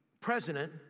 president